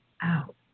out